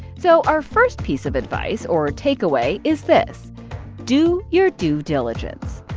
so our first piece of advice or takeaway is this do your due diligence.